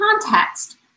context